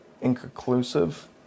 inconclusive